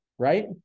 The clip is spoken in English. right